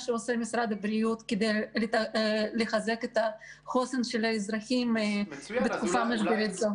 שעושה משרד הבריאות כדי לחזק את החוסן של האזרחים בתקופה משברית זו.